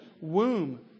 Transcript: womb